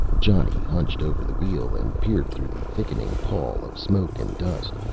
johnny hunched over the wheel and peered through the thickening pall of smoke and dust,